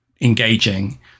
engaging